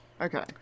okay